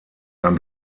ein